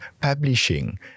publishing